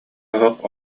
оһох